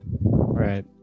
Right